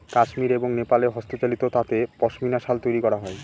কাশ্মির এবং নেপালে হস্তচালিত তাঁতে পশমিনা শাল তৈরী করা হয়